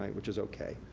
which is okay.